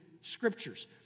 scriptures